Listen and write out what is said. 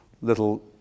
little